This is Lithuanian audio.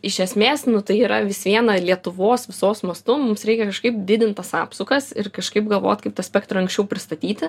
iš esmės nu tai yra vis viena lietuvos visos mastu mums reikia kažkaip didint tas apsukas ir kažkaip galvot kaip tą spektrą anksčiau pristatyti